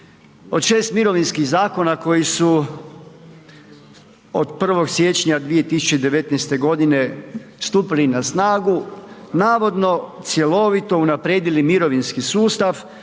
od šest mirovinskih zakona koji su od 1. siječnja 2019. godine stupili na snagu navodno cjelovito unaprijedili mirovinski sustav